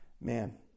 man